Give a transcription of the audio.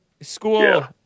school